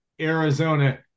Arizona